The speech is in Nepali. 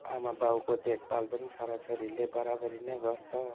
आमाबाउको देखभाल पनि छोराछोरीले बराबरी नै गर्छ